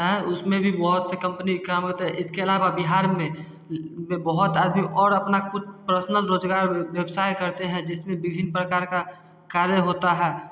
है उसमें भी बहुत से कम्पनी काम होता है इसके अलावा बिहार में वे बहुत आदमी और अपना खुद पर्सनल रोजगार व्यवसाय करते हैं जिसमें विभिन्न प्रकार का कार्य होता है